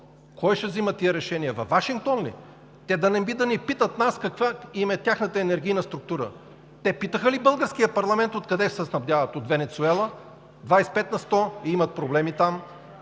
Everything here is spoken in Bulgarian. Кой ще взима тези решения? Във Вашингтон ли? Те да не би да ни питат каква им е тяхната енергийна структура? Те питаха ли българския парламент откъде се снабдяват? От Венецуела – 25% имат проблеми там?